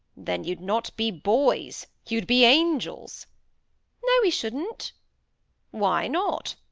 then you'd not be boys you'd be angels no, we shouldn't why not